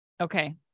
Okay